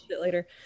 later